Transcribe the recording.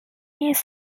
years